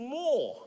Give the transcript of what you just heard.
more